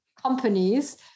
companies